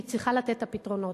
והיא צריכה לתת את הפתרונות.